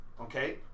okay